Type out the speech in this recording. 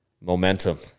Momentum